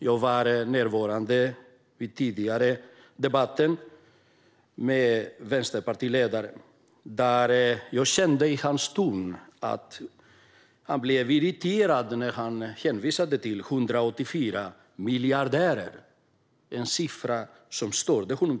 Jag var närvarande vid den tidigare debatten med vänsterpartiledaren, och av hans ton kände jag att han blev irriterad när han hänvisade till de 184 miljardärerna. Det var tydligen en siffra som störde honom.